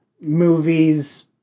movies